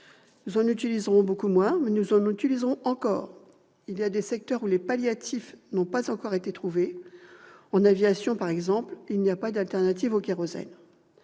Nous en utiliserons beaucoup moins, mais nous en utiliserons encore ! Il est des secteurs où les palliatifs n'ont pas encore été trouvés. En aviation, par exemple, il n'y a pas d'alternative au kérosène.